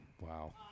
Wow